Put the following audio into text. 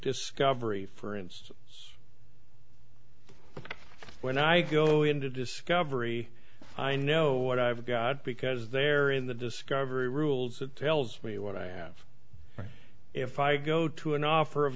discovery for instance when i go into discovery i know what i've got because they're in the discovery rules that tells me what i have if i go to an offer of